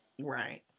right